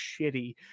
shitty